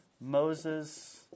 Moses